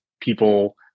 people